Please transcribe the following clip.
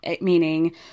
meaning